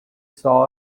saw